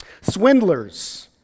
Swindlers